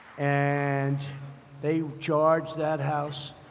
and they charged that house,